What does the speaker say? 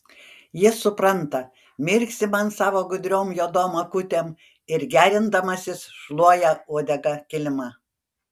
jis supranta mirksi man savo gudriom juodom akutėm ir gerindamasis šluoja uodega kilimą